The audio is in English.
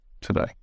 today